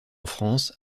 france